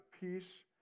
peace